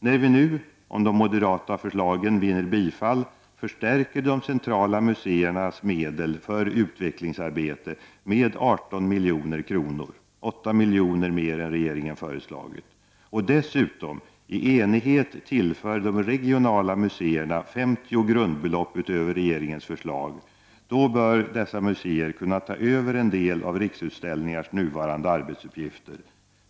När vi nu, om de moderata förslagen vinner bifall, beslutar om att förstärka de centrala museernas medel för utvecklingsarbete med 18 milj.kr. — 8 milj.kr. mer än regeringen har föreslagit — och dessutom i enighet tillför de regionala museerna 50 grundbelopp över regeringens förslag, bör dessa museer kunna ta över en del av Riksutställningars nuvarande arbetsuppgifter.